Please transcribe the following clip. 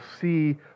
see